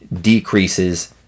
decreases